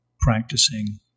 practicing